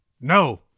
No